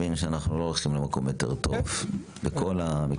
הבין שאנחנו לא הולכים למקום יותר טוב בכל המקצועות.